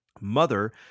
Mother